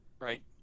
right